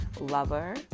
lover